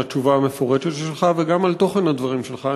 על התשובה המפורטת שלך וגם על תוכן הדברים שלך.